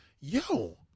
yo